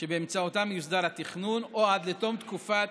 שבאמצעותן יוסדר התכנון או עד לתום תקופת